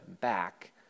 back